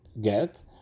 get